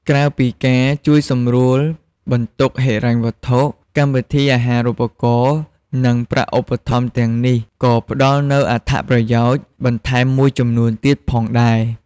ក្រៅពីការ ជួយសម្រួលបន្ទុកហិរញ្ញវត្ថុ កម្មវិធីអាហារូបករណ៍ និងប្រាក់ឧបត្ថម្ភទាំងនេះក៏ ផ្ដល់នូវអត្ថប្រយោជន៍បន្ថែមមួយចំនួនទៀត ផងដែរ។